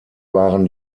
waren